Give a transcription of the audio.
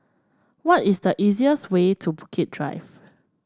what is the easiest way to Bukit Drive